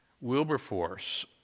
Wilberforce